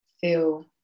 feel